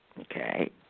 Okay